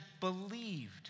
believed